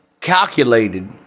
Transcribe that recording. calculated